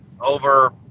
over